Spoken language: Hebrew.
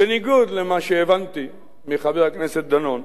ובניגוד למה שהבנתי מחבר הכנסת דנון,